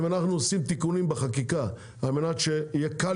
אם אנחנו עושים תיקונים בחקיקה על מנת שיהיה קל